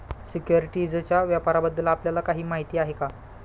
सिक्युरिटीजच्या व्यापाराबद्दल आपल्याला काही माहिती आहे का?